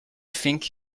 think